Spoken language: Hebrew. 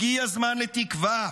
הגיע זמן לתקווה,